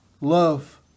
Love